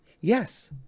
Yes